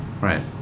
Right